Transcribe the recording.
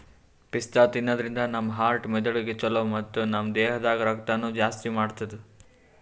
ಪಿಸ್ತಾ ತಿನ್ನಾದ್ರಿನ್ದ ನಮ್ ಹಾರ್ಟ್ ಮೆದಳಿಗ್ ಛಲೋ ಮತ್ತ್ ನಮ್ ದೇಹದಾಗ್ ರಕ್ತನೂ ಜಾಸ್ತಿ ಮಾಡ್ತದ್